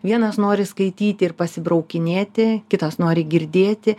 vienas nori skaityti ir pasibraukinėti kitas nori girdėti